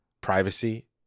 privacy